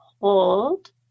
Hold